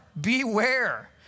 beware